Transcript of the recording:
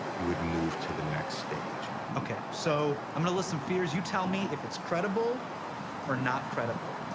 you would move to the next stage. okay, so i'm gonna list some fears, you tell me if it's credible or not credible.